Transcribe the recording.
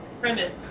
premise